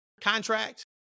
contract